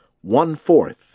one-fourth